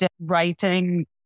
writing